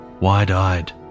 wide-eyed